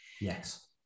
Yes